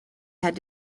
had